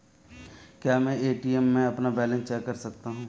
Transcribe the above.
क्या मैं ए.टी.एम में अपना बैलेंस चेक कर सकता हूँ?